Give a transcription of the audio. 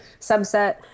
subset